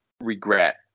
regret